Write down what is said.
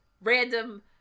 random